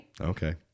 Okay